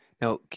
Now